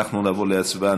אנחנו נעבור להצבעה.